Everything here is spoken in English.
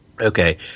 Okay